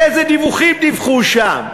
איזה דיווחים דיווחו שם?